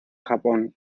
japón